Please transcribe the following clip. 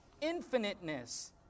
infiniteness